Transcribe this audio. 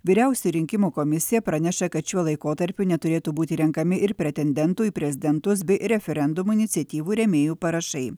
vyriausia rinkimų komisija praneša kad šiuo laikotarpiu neturėtų būti renkami ir pretendentų į prezidentus bei referendumų iniciatyvų rėmėjų parašai